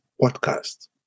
podcast